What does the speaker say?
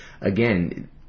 again